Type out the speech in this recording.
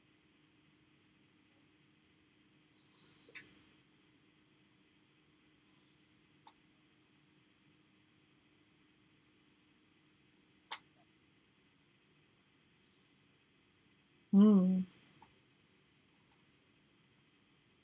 mmhmm